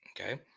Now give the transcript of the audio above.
okay